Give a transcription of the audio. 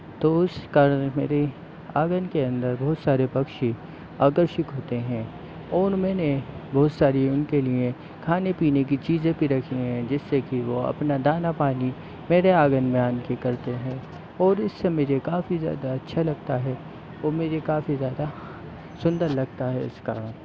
तो उस कारण मेरी आँगन के अंदर बहुत सारे पक्षी आकर्षित होते हैं और मैंने बहुत सारी उनके लिए खाने पीने की चीज़ें भी रखी हैं जिससे कि वो अपना दाना पानी मेरे आँगन में आके करते हैं और इससे मुझे काफ़ी ज़्यादा अच्छा लगता है और मेरे काफ़ी ज़्यादा सुन्दर लगता है इस कारण